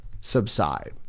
subside